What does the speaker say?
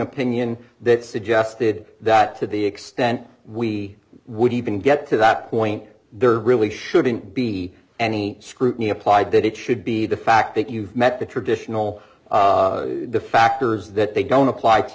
opinion that suggested that to the extent we would even get to that point there really shouldn't be any scrutiny applied that it should be the fact that you've met the traditional factors that they don't apply to